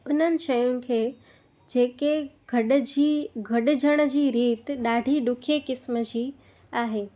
उन्हनि शयुनि खे जेके गॾिजी गॾिजण जी रीत ॾाढी ॾुखे क़िस्म जी आहे